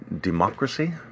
democracy